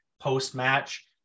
post-match